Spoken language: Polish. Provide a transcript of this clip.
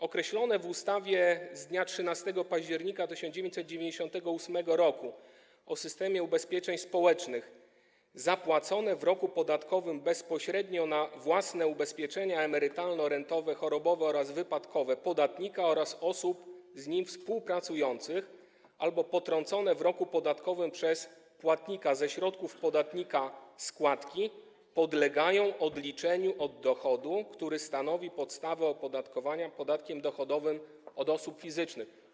Określone w ustawie z dnia 13 października 1998 r. o systemie ubezpieczeń społecznych zapłacone w roku podatkowym bezpośrednio na własne ubezpieczenie emerytalno-rentowe, chorobowe oraz wypadkowe podatnika oraz osób z nim współpracujących albo potrącone w roku podatkowym przez płatnika ze środków podatnika składki podlegają odliczeniu od dochodu, który stanowi podstawę opodatkowania podatkiem dochodowym od osób fizycznych.